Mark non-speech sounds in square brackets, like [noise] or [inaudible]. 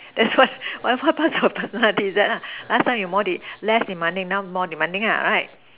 that's why [laughs] what what happen to your personality is that lah last time you more less demanding now you more demanding ah right